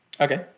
Okay